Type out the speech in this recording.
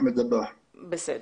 בסדר.